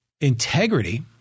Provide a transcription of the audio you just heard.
integrity